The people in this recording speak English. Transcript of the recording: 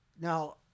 Now